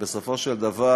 ובסופו של דבר,